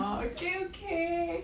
orh okay okay